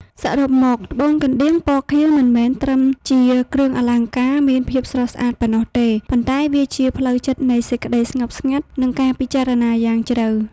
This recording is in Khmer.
សរុបមក ត្បូងកណ្ដៀង ពណ៌ខៀវ មិនមែនត្រឹមជាគ្រឿងអលង្ការមានភាពស្រស់ស្អាតប៉ុណ្ណោះទេ ប៉ុន្តែវាជាផ្លូវចិត្តនៃសេចក្ដីស្ងប់ស្ងាត់ និងការពិចារណាយ៉ាងជ្រៅ។